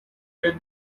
when